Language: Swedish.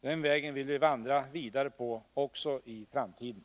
Den vägen vill vi vandra vidare på också i framtiden.